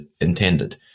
intended